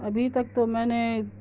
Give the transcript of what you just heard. ابھی تک تو میں نے